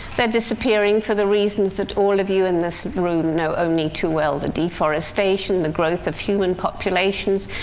they're disappearing for the reasons that all of you in this room know only too well. the deforestation, the growth of human populations,